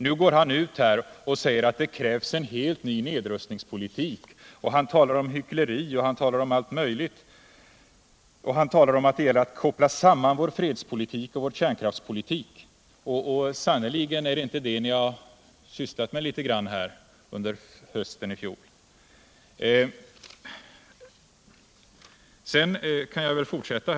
Nu går Hannes Alfvén ut och säger att det krävs en helt ny nedrustningspolitik. Han talar om hyckleri och att det gäller att koppla samman vår fredspolitik och vår kärnkraftspolitik. Är det inte det ni har sysslat med litet grand under hösten i fjol? Sedan censuren.